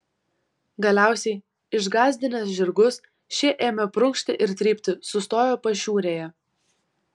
galiausiai išgąsdinęs žirgus šie ėmė prunkšti ir trypti sustojo pašiūrėje